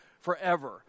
Forever